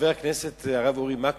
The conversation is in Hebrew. חבר הכנסת הרב אורי מקלב?